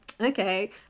okay